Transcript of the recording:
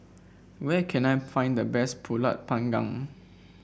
where can I find the best pulut panggang